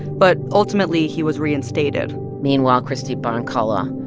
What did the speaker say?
but ultimately, he was reinstated meanwhile, christie bzronkala